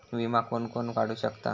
विमा कोण कोण काढू शकता?